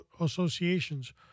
associations